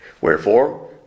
Wherefore